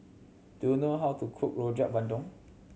do you know how to cook Rojak Bandung